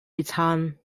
bezahlen